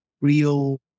real